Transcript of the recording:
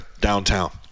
downtown